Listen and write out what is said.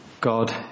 God